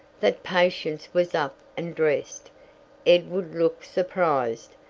that patience was up and dressed. edward looked surprised,